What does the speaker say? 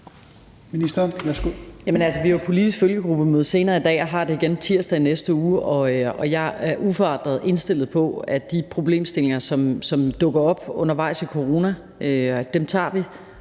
jo et politisk følgegruppemøde senere i dag og har det igen tirsdag i næste uge, og jeg er uforandret indstillet på, at de problemstillinger, som dukker op undervejs i forhold til